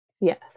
Yes